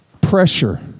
Pressure